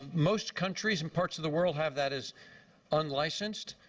most countries and parts of the world have that as unlicensed.